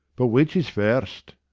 but which is first?